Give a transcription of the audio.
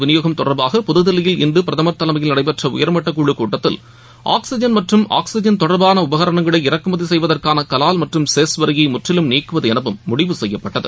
விநியோகம் தொடர்பாக இன்றுபிரதமர் ஆக்சிஐன் புதுதில்லியில் தலைமையில் நடைபெற்றஉயர்மட்டக்குழுகூட்டத்தில் ஆக்சிஜன் மற்றும் ஆக்சிஐன் தொடர்பானஉபகரணங்களை இறக்குமதிசெய்வதற்கானகலால் மற்றும் செஸ் வரியைமுற்றிலும் நீக்குவதுஎனவும் முடிவு செய்யப்பட்டது